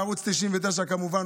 ערוץ 99 כמובן,